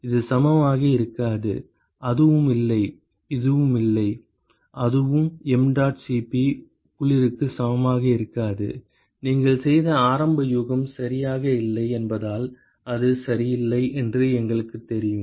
இது சமமாக இருக்காது அதுவும் இல்லை அதுவும் இல்லை அதுவும் mdot Cp குளிர்க்கு சமமாக இருக்காது நீங்கள் செய்த ஆரம்ப யூகம் சரியாக இல்லை என்பதால் அது சரியில்லை என்று எங்களுக்குத் தெரியும்